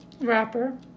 Wrapper